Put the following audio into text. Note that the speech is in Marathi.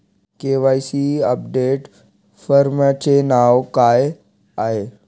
के.वाय.सी अपडेट फॉर्मचे नाव काय आहे?